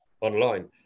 online